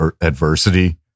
adversity